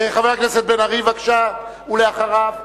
חבר הכנסת בן-ארי, בבקשה, ואחריו,